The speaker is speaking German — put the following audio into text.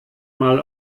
mal